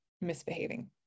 misbehaving